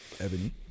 Ebony